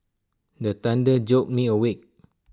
the thunder jolt me awake